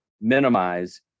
minimize